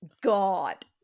god